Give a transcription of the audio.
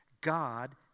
God